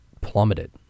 plummeted